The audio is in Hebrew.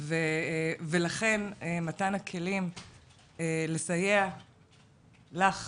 ולכן מתן הכלים לסייע לך,